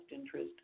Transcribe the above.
interest